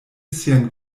sian